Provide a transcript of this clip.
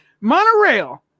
monorail